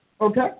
Okay